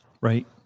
right